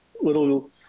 little